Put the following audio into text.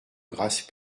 grâce